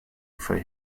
for